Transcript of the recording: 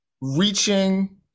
reaching